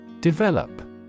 Develop